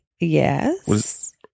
Yes